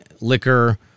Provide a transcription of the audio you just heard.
liquor